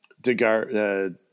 Degar